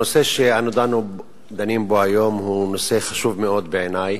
הנושא שאנו דנים בו היום הוא נושא חשוב מאוד בעיני,